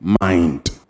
mind